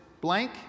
blank